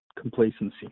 complacency